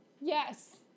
Yes